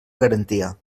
garantia